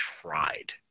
tried